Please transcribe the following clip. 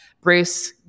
Bruce